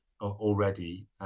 already